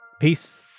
Peace